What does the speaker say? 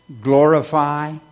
glorify